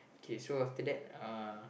K so after that uh